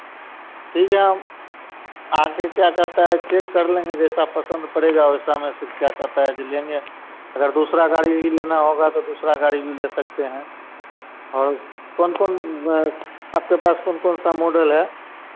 ठीक है हम आकर क्या करता है चेक कर लेंगे जैसा पसंद पड़ेगा वैसा मैं उसे क्या करता है देख लेंगे अगर दूसरा गाड़ी भी लेना होगा तो दूसरा गाड़ी भी ले सकते हैं और कौन कौन आपके पास कौन कौनसा मॉडल हैं